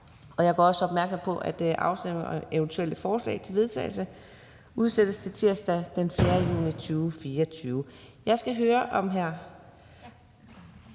Jeg gør også opmærksom på, at afstemningen om eventuelle forslag til vedtagelse udsættes til tirsdag den 4. juni 2024. Der er